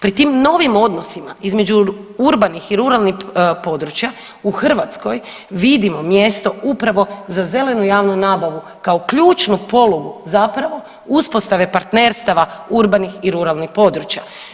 Pri tim novim odnosima između ruralnih i urbanih područja u Hrvatskoj vidimo mjesto upravo za zelenu javnu nabavu kao ključnu polugu zapravo uspostave partnerstava urbanih i ruralnih područja.